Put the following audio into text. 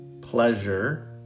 pleasure